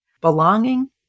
Belonging